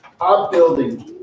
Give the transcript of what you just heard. upbuilding